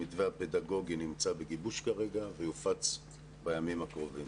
המתווה הפדגוגי נמצא בגיבוש כרגע ויופץ בימים הקרובים.